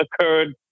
occurred